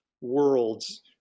worlds